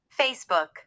Facebook